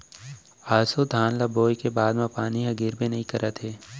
ऑसो धान ल बोए के बाद म पानी ह गिरबे नइ करत हे